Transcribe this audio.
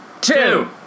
Two